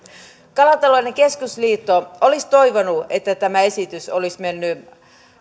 kalatalouden keskusliitto olisi toivonut että tämä esitys olisi mennyt